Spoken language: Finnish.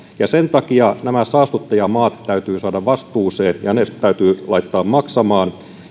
ja sen takia että nämä saastuttajamaat täytyy saada vastuuseen ja ne täytyy laittaa maksamaan